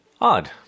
odd